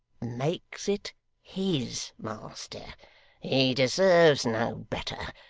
make it his master he deserves no better.